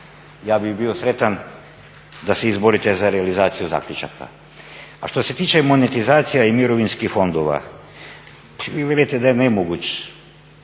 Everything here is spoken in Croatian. Ja bih bio sretan da se izborite za realizaciju zaključaka. A što se tiče monetizacije i mirovinskih fondova. Vi velite da je nemoguć,